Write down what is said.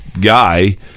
guy –